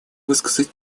высказать